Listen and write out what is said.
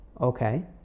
Okay